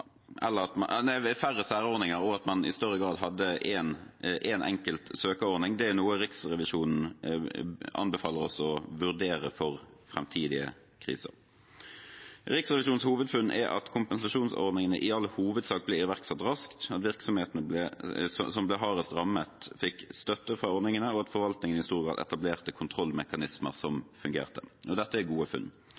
at man i større grad hadde én enkelt søkeordning. Det er noe Riksrevisjonen anbefaler oss å vurdere for framtidige kriser. Riksrevisjonens hovedfunn er at kompensasjonsordningene i all hovedsak ble iverksatt raskt, at virksomhetene som ble hardest rammet, fikk støtte fra ordningene, og at forvaltningen i stor grad etablerte kontrollmekanismer som fungerte. Dette er gode funn. Det er også avdekket svakheter og læringspunkter. Det var ikke mulig å lage ordninger som